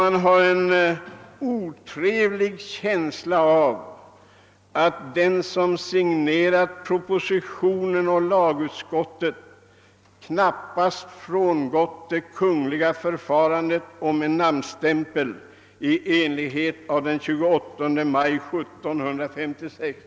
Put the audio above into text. Man har en otrevlig känsla av att den som. signerat propositionen och lagutskottets utlåtande knappast frångått det kungliga förfarandet med en namnstämpel i enlighet med den 28 maj 1756.